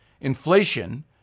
inflation